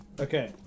Okay